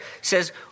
says